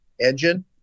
engine